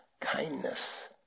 kindness